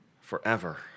forever